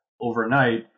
overnight